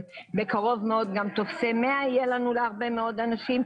בקרוב מאוד גם יהיו טופסי 100 להרבה אנשים,